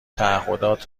تعهدات